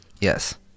Yes